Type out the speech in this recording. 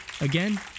Again